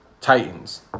Titans